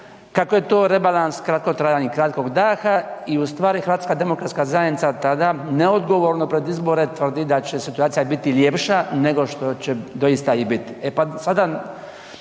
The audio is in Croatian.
kako je to rebalans kratkotrajan i kratkog daha i u stvari HDZ tada neodgovorno pred izbore tvrdi da će situacija biti ljepša nego što će doista i bit.